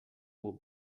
will